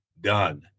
done